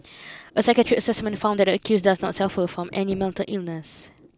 a psychiatric assessment found that the accused does not suffer from any mental illness